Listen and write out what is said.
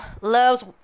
loves